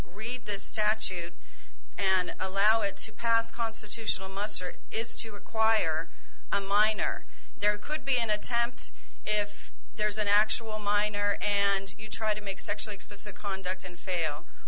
read the statute and allow it to pass constitutional muster is to require a minor there could be an attempt if there's an actual minor and you try to make sexually explicit conduct and fail